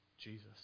Jesus